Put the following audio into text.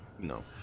no